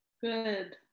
Good